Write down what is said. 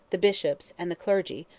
the bishops, and the clergy,